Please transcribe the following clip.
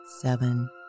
seven